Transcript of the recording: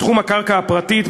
בתחום הקרקע הפרטית,